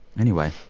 anyway,